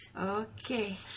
Okay